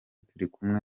turikumwe